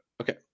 Okay